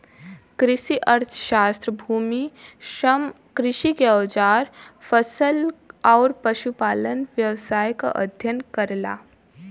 कृषि अर्थशास्त्र भूमि, श्रम, कृषि के औजार फसल आउर पशुपालन व्यवसाय क अध्ययन करला